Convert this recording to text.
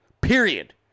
Period